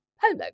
polo